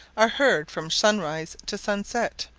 are heard from sunrise to sunset,